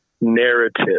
narrative